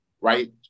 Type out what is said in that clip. right